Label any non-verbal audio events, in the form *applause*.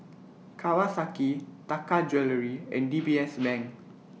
Kawasaki Taka Jewelry and D B *noise* S Bank